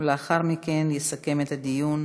ולאחר מכן יסכם את הדיון